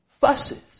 fusses